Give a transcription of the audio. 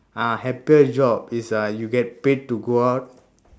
ah happiest job is ah you get paid to go out